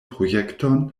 projekton